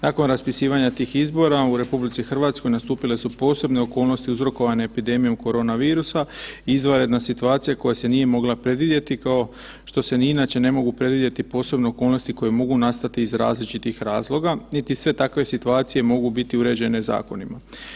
Nakon raspisivanja tih izbora u RH nastupile su posebne okolnosti uzrokovane epidemijom korona virusa i izvanredna situacija koja se nije mogla predvidjeti kao što se ni inače ne mogu predvidjeti posebne okolnosti koje mogu nastati iz različitih razloga, niti sve takve situacije mogu biti uređene zakonima.